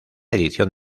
edición